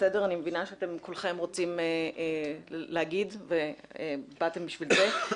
אני מבינה שאתם כולכם רוצים לדבר ובאתם בשביל זה.